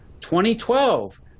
2012